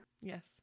Yes